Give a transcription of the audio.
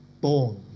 born